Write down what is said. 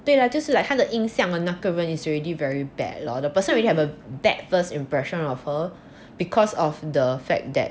对了就是 like 他的印象 on 那个人 is already very bad lor the person already have a bad first impression of her because of the fact that